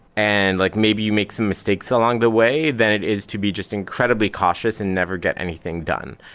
and like maybe you make some mistakes along the way than it is to be just incredibly cautious and never get anything done,